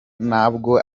ntabwo